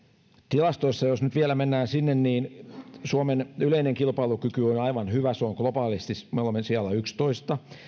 tilastoissa jos nyt vielä mennään sinne suomen yleinen kilpailukyky on aivan hyvä globaalisti me olemme sijalla yksitoista